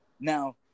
now